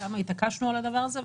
כמה התעקשנו על הדבר הזה.